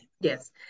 yes